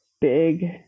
big